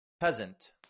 peasant